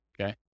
okay